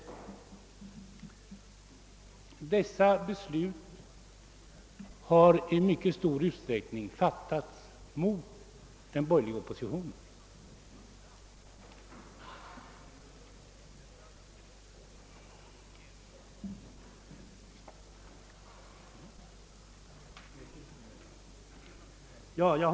Dessa beslut har i mycket stor utsträckning fattats trots den borgerliga oppositionens motstånd.